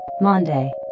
Monday